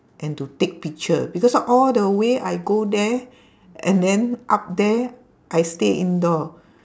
and to take picture because all the way I go there and then up there I stay indoor